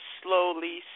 slowly